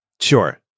Sure